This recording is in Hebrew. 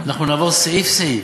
אנחנו נעבור סעיף-סעיף,